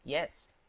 yes.